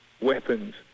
weapons